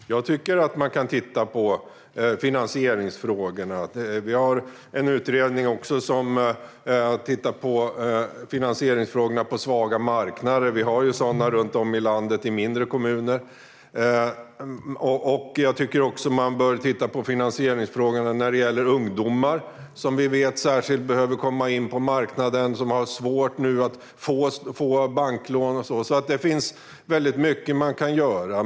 Herr talman! Jag tycker att man kan titta på finansieringsfrågorna. Vi har en utredning som tittar på finansieringsfrågorna när det gäller svaga marknader. Vi har sådana runt om i landet i mindre kommuner. Man bör också titta på finansieringsfrågorna när det gäller ungdomar, som vi vet behöver komma in på marknaden men nu har svårt att få banklån. Det finns väldigt mycket som man kan göra.